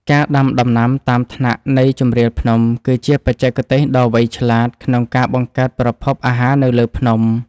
ការដាំដំណាំតាមថ្នាក់នៃជម្រាលភ្នំគឺជាបច្ចេកទេសដ៏វៃឆ្លាតក្នុងការបង្កើតប្រភពអាហារនៅលើភ្នំ។